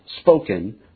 spoken